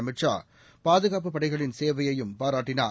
அமித்ஷா பாதுகாப்பு படைகளின் சேவையையும் பாராட்டினார்